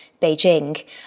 Beijing